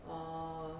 orh